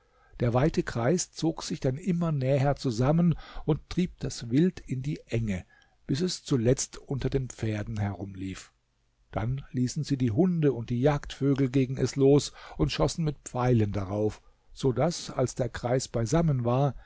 der weite kreis zog sich dann immer näher zusammen und trieb das wild in die enge bis es zuletzt unter den pferden herumlief dann ließen sie die hunde und jagdvögel gegen es los und schossen mit pfeilen darauf so daß als der kreis beisammen war